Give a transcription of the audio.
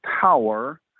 power